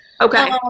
Okay